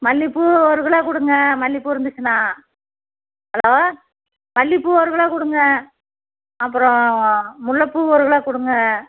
மல்லிகைப்பூ ஒரு கிலோ கொடுங்க மல்லிகைப்பூ இருந்துச்சுன்னா ஹலோ மல்லிகைப்பூ ஒரு கிலோ கொடுங்க அப்புறம் முல்லைப்பூ ஒரு கிலோ கொடுங்க